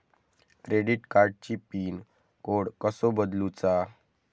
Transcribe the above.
Credit कार्डची pin code कसो बदलुचा?